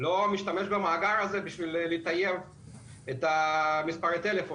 לא משתמש במאגר הזה בשביל מספרי הטלפון?